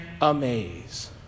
amaze